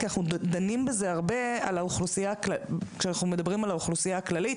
כי אנחנו דנים בזה הרבה כאשר אנחנו מדברים על האוכלוסייה הכללית,